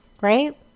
Right